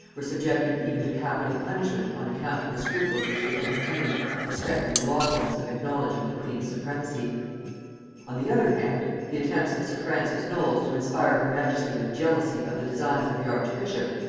were subjected even to capital punishment on account of the scruples which they entertained respecting the lawfulness of acknowledging the queen's supremacy on the other hand, the attempts of sir francis knowles to inspire her majesty with jealousy of the designs of the archbishop,